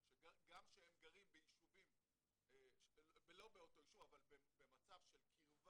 גם שהם גרים לא באותו ישוב אבל במצב של קרבה